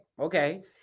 okay